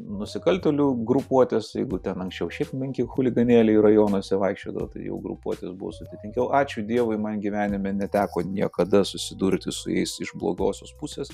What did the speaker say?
nusikaltėlių grupuotės jeigu ten anksčiau šiaip menki chuliganėliai rajonuose vaikščiodavo tai jau grupuotės buvo sudėtingiau ačiū dievui man gyvenime neteko niekada susidurti su jais iš blogosios pusės